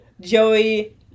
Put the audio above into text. Joey